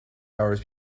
hours